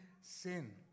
Sin